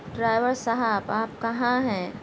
driver صاحب آپ کہاں ہیں